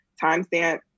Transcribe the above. timestamp